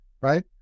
right